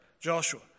Joshua